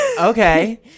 Okay